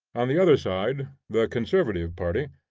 on the other side, the conservative party,